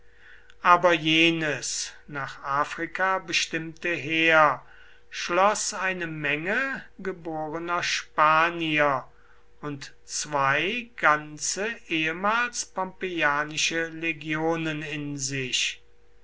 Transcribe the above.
aber jenes nach afrika bestimmte heer schloß eine menge geborener spanier und zwei ganze ehemals pompeianische legionen in sich